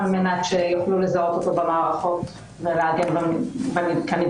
על מנת שיוכלו לזהות אותו במערכות ולהגן עליו כנדרש.